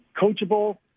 coachable